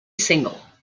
single